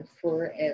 forever